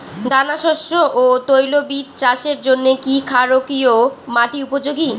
দানাশস্য ও তৈলবীজ চাষের জন্য কি ক্ষারকীয় মাটি উপযোগী?